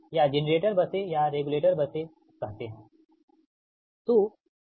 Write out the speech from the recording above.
या जेनरेटर बसें या रेगुल्टर बसें कहते हैं ठीक